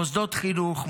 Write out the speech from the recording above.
מוסדות חינוך,